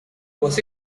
was